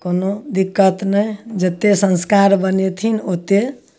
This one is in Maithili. कोनो दिक्कत नहि जेतेक संस्कार बनेथिन ओतेक